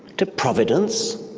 to providence,